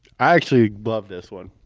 i actually love this one.